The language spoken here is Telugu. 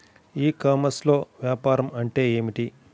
ఈ కామర్స్లో వ్యాపారం అంటే ఏమిటి?